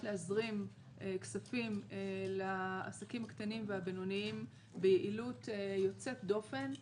להזרים כספים לעסקים הקטנים והבינוניים ביעילות יוצאת דופן.